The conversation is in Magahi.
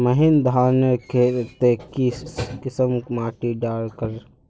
महीन धानेर केते की किसम माटी डार कर?